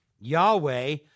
Yahweh